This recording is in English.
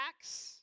Acts